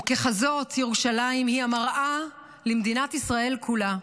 וככזאת, ירושלים היא המראה למדינת ישראל כולה.